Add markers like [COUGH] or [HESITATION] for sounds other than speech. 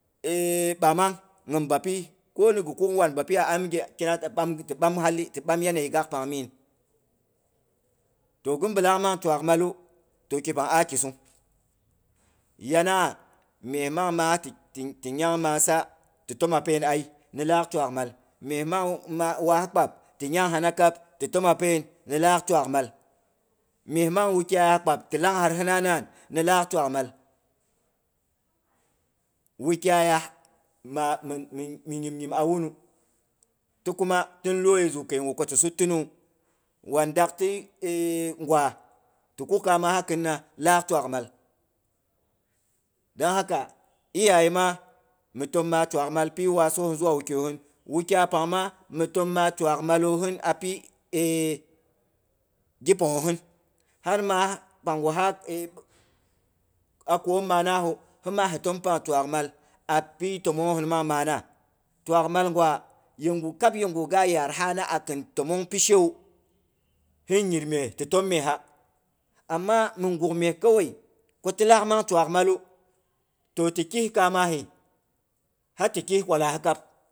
[HESITATION] 2amang ngying bapi ko ni ghi kuk wan bapi a ami ghi ki na ko ti ɗam hali ti 2am yanayi gaak pangha min. Toh giri bi laak nang twaak malk, toh ki pang a kisung. Yanagha mye mang maa ti nyang maasa ti toma pen ai ni laak twaak mal. Mye mang waa kpab ti nyang hina kab ti toma pen, ni laak twaak mal. Mye mang wukyaiya kpab ti langhar hina nan, ni laak twaak mal. Wukyaya ma min nyim nyim a wunu. Ta kama tin loyoi zu keigu ko ti zutina wu. Wan dak ti e gwa? Ti kuk kama ha khina, laak twaakmal. Dong hakai inanema mi tom maa twaak mal api waasohin zuwa wukyoihin. Wukyai pang ma mi tom maa twaak malohin a pi [HESITATION] gi panghohin. Har maa pangu ha [HESITATION] a kwom mana hu, ha ma hi tom pang twaak mal. A pi tomongho hin nang mana. Twaak mal gwa ye gu kab yegu ga yaar ha na a khin tomong pishe wu hin yir mye ti tom mye ha. Amma min guk mye kawai ko ti laak mang twaak malu, toh ti khi kamahi har ti khi kwalaha kab.